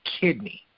kidney